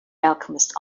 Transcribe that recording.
alchemist